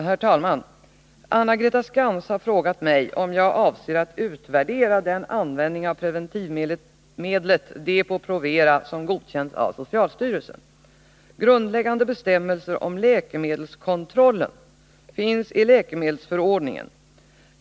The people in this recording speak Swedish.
Herr talman! Anna-Greta Skantz har frågat mig om jag avser att utvärdera den användning av preventivmedlet Depo-Provera som godkänts av socialstyrelsen. Grundläggande bestämmelser om läkemedelskontrollen finns i läkemedelsförordningen .